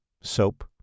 Soap